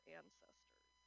ancestors